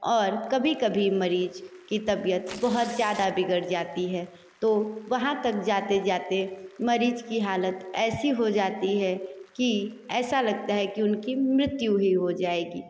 और कभी कभी मरीज की तबियत बहुत ज्यादा बिगड़ जाती है तो वहाँ तक जाते जाते मरीज की हालत ऐसी हो जाती है कि ऐसा लगता है कि उनकी मृत्यु ही हो जाएगी